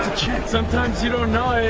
chick! sometimes you don't know